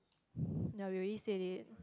ya you already said it